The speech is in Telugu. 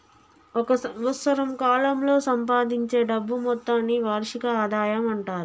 ఒక సంవత్సరం కాలంలో సంపాదించే డబ్బు మొత్తాన్ని వార్షిక ఆదాయం అంటారు